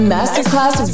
Masterclass